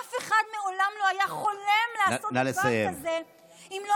אף אחד מעולם לא היה חולם לעשות דבר כזה אם לא